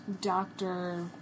Doctor